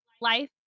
life